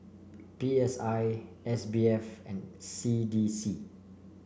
P S I S B F and C D C